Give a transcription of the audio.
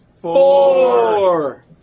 four